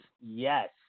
yes